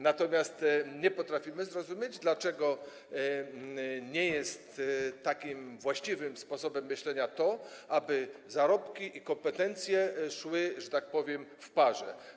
Natomiast nie potrafimy zrozumieć, dlaczego nie jest właściwym sposobem myślenia takie, aby zarobki i kompetencje szły, że tak powiem, w parze.